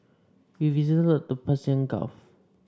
we visited the Persian Gulf